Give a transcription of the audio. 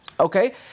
Okay